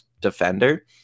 defender